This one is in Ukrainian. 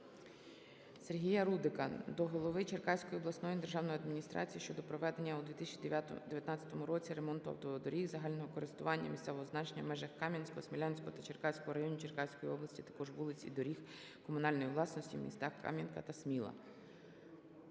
Сергія Рудика до голови Черкаської обласної державної адміністрації щодо проведення у 2019 році ремонту автодоріг загального користування місцевого значення в межах Кам'янського, Смілянського та Черкаського районів Черкаської області, а також вулиць і доріг комунальної власності у містах Кам'янка та Сміла.